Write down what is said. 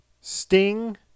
Sting